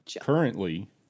currently